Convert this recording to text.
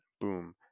boom